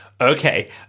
Okay